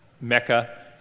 Mecca